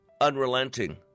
unrelenting